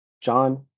John